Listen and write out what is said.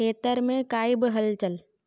खेत्र में कोई बि हलचलु